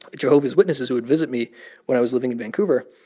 jehovah's witnesses who would visit me where i was living in vancouver.